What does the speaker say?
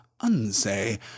Unsay